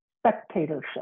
spectatorship